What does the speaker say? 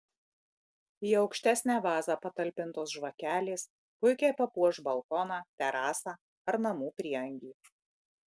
į aukštesnę vazą patalpintos žvakelės puikiai papuoš balkoną terasą ar namų prieangį